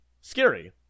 scary